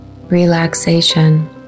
relaxation